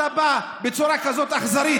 אתה בא בצורה כזאת אכזרית.